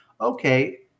okay